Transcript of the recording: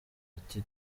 bati